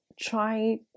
try